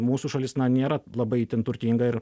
mūsų šalis nėra labai itin turtinga ir